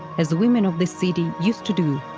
as the women of this city used to do,